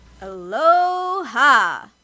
Aloha